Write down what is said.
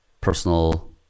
personal